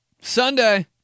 Sunday